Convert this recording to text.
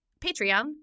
Patreon